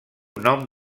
nom